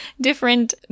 Different